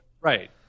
right